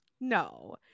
no